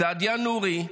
סעדיה נורי,